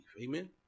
Amen